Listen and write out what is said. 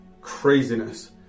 craziness